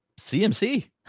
cmc